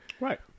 Right